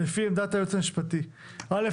לפי עמדת היועץ המשפטי: א',